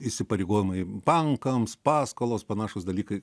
įsipareigojimai bankams paskolos panašūs dalykai